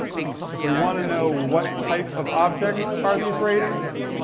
if we want to know what type of object are these ratings,